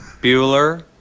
Bueller